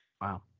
Wow